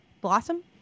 blossom